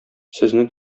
сезне